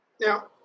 Now